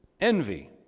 envy